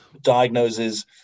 diagnoses